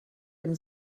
dem